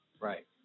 Right